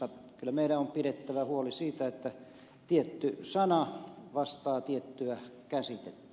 kyllä meidän on pidettävä huoli siitä että tietty sana vastaa tiettyä käsitettä